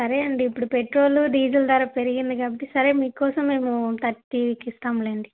సరే అండి ఇప్పుడు పెట్రోలు డీజల్ ధర పెరిగింది కాబట్టి సరే మీకోసం మేము థర్టీకి ఇస్తాం లేండి